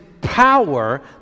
power